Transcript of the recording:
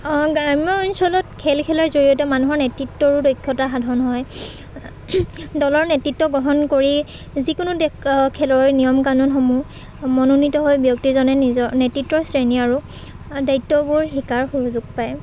গ্ৰাম্য অঞ্চলত খেল খেলাৰ জৰিয়তে মানুহৰ নেতৃত্বৰো দক্ষতা সাধন হয় দলৰ নেতৃত্ব গ্ৰহণ কৰি যিকোনো খেলৰ নিয়ম কানুনসমূহ মনোনীত হৈ ব্যক্তিজনে নিজৰ নেতৃত্বৰ শ্ৰেণী আৰু দায়িত্ববোৰ শিকাৰ সুযোগ পায়